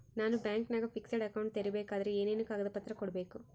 ನಾನು ಬ್ಯಾಂಕಿನಾಗ fixed account ತೆರಿಬೇಕಾದರೆ ಏನೇನು ಕಾಗದ ಪತ್ರ ಕೊಡ್ಬೇಕು?